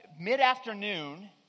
mid-afternoon